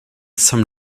some